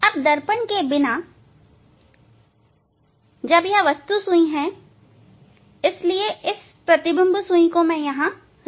अब दर्पण के बिना यह वस्तु सुई है इसलिए प्रतिबिंब सुई को मैं यहां रखता हूं